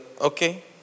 Okay